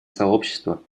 сообщество